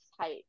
height